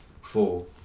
Four